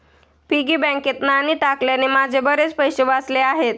piggy बँकेत नाणी टाकल्याने माझे बरेच पैसे वाचले आहेत